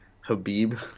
Habib